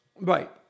Right